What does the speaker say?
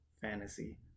fantasy